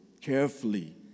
carefully